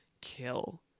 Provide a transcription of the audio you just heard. kill